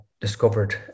discovered